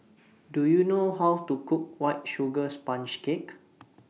Do YOU know How to Cook White Sugar Sponge Cake